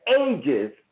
ages